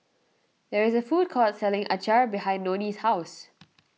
there is a food court selling Acar behind Nonie's house